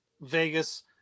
Vegas